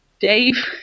Dave